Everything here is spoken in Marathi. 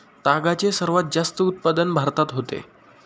तागाचे सर्वात जास्त उत्पादन भारतात होते